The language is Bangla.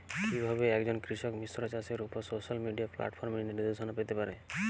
কিভাবে একজন কৃষক মিশ্র চাষের উপর সোশ্যাল মিডিয়া প্ল্যাটফর্মে নির্দেশনা পেতে পারে?